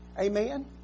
Amen